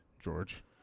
George